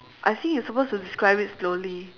I think you're supposed to describe it slowly